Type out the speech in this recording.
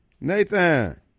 Nathan